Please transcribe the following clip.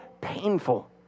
painful